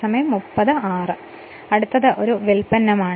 ഇനി അടുത്തത് ഈ വ്യുൽപ്പന്നമാണ്